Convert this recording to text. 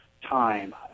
Time